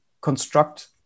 construct